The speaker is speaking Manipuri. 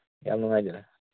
ꯌꯥꯝ ꯅꯨꯡꯉꯥꯏꯖꯔꯦ